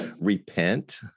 Repent